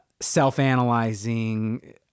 self-analyzing